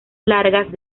largas